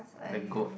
then goat